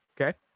Okay